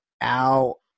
Al